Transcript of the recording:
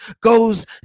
goes